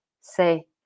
say